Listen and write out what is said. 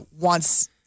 wants